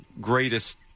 greatest